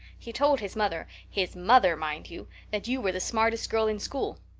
he told his mother his mother, mind you that you were the smartest girl in school.